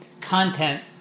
content